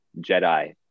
Jedi